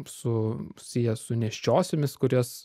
su susiję su nėščiosiomis kurios